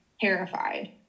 terrified